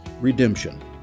redemption